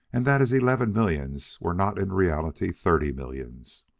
and that his eleven millions were not in reality thirty millions.